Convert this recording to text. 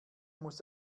muss